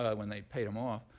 ah when they paid them off.